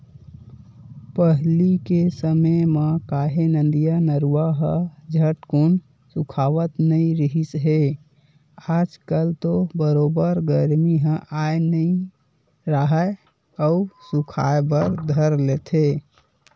पहिली के समे म काहे नदिया, नरूवा ह झटकून सुखावत नइ रिहिस हे आज कल तो बरोबर गरमी ह आय नइ राहय अउ सुखाय बर धर लेथे